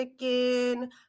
chicken